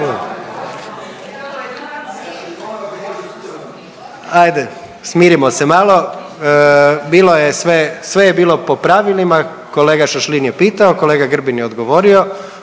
Ajde smirimo se malo, bilo je, sve je bilo po pravilima, kolega Šašlin je pitao, kolega Grbin je odgovorio,